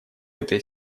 этой